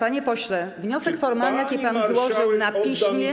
Panie pośle, wniosek formalny, jaki pan złożył na piśmie.